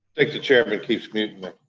like the chairman keeps muting me.